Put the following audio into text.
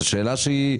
זו לא שאלה טריוויאלית.